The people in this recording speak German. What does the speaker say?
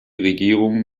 regierung